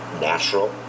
natural